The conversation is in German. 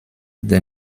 der